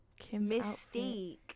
mystique